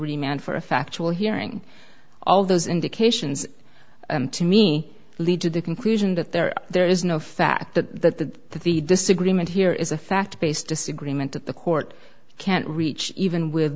remain for a factual hearing all those indications to me lead to the conclusion that there there is no fact that the disagreement here is a fact based disagreement at the court can't reach even with